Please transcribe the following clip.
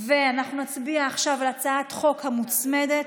אנחנו נצביע עכשיו על הצעת החוק המוצמדת,